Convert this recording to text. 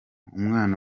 umwana